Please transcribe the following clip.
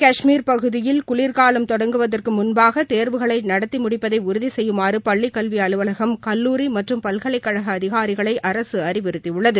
கஷ்மீர் பகுதியில் குளிர் காலம் தொடங்குவதற்கு முன்பாக தேர்வுகளை நடத்தி முடிப்பதை உறுதி செய்யுமாறு பள்ளிக் கல்வி அலுவலகம கல்லூரி மற்றும் பல்கலைக்கழக அதிகாரிகளை அரசு அறிவுறுத்தியுள்ளது